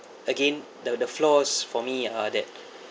again the the flaws for me uh that